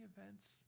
events